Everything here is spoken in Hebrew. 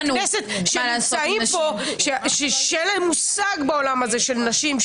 הכנסת שנמצאים כאן ואין להם מושג בעולם הזה של נשים,